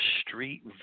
street